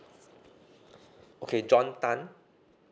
okay john tan